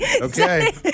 okay